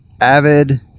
avid